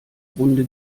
runde